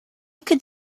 could